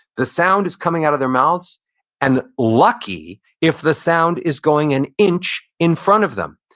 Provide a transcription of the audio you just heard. the sound is coming out of their mouths and lucky if the sound is going an inch in front of them,